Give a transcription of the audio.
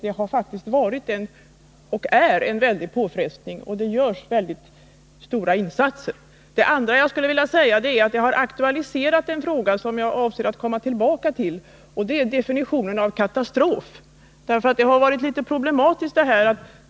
Det har varit och är en väldig påfrestning på området, och det görs stora insatser. Det andra jag skulle vilja säga är att jag har aktualiserat en fråga som jag avser att komma tillbaka till, och det är definitionen av uttrycket katastrof. Det har nämligen varit litet problematiskt med detta.